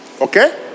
okay